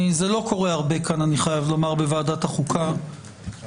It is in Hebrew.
זה לא קורה הרבה כאן בוועדת החוקה שיש